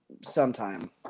sometime